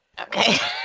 okay